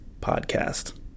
podcast